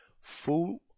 full